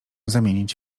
zamienić